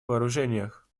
вооружениях